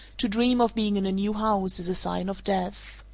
to dream of being in a new house is a sign of death.